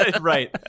Right